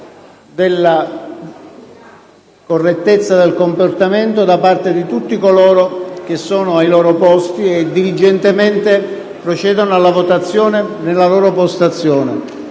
della correttezza del comportamento da parte di tutti coloro che sono ai loro posti e diligentemente procedono alla votazione nella loro postazione,